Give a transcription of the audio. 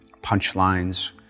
punchlines